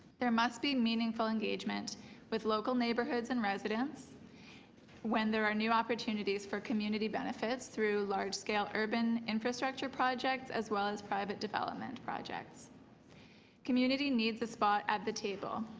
there must be meaningful engagement with local neighborhood and residents when there are new opportunities for community benefits through large scale urban infrastructure projects as well as private development. community needs a spot at the table.